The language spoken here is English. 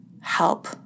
help